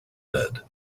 bed